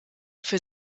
für